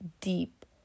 deep